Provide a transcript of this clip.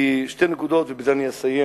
ובזה אני אסיים.